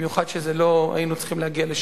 במיוחד כשלא היינו צריכים להגיע לשם.